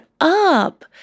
up